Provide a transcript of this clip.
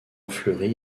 fleury